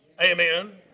Amen